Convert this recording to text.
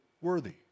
worthy